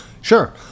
Sure